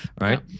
right